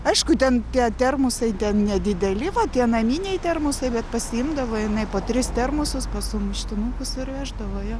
aišku ten tie termosai ten nedideli vat tie naminiai termosai bet pasiimdavo jinai po tris termosus po sumuštinukus ir veždavo jo